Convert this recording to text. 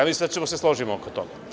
Mislim da ćemo se složiti oko toga.